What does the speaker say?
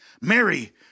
Mary